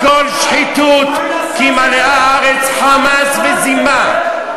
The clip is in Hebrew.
הכול שחיתות, כי מלאה הארץ חמס וזימה.